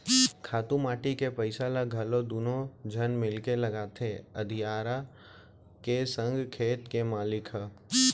खातू माटी के पइसा ल घलौ दुनों झन मिलके लगाथें अधियारा के संग खेत के मालिक ह